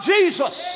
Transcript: Jesus